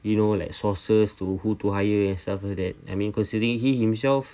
you know like sources to who to hire as ever that I mean considering himself